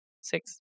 six